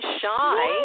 shy